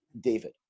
David